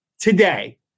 today